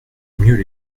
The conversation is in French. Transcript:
mieux